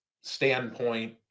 standpoint